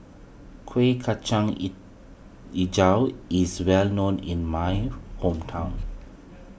Kueh Kacang HiJau is well known in my hometown